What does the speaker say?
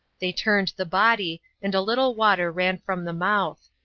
they turned the body, and a little water ran from the mouth.